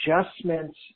adjustments